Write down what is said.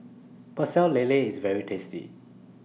Pecel Lele IS very tasty